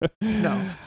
no